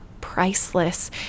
priceless